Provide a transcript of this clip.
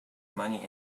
money